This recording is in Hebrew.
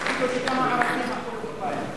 (מחיאות כפיים) תציינו שכמה ערבים מחאו לו כפיים.